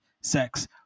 sex